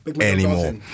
anymore